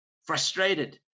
frustrated